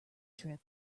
trip